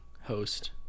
host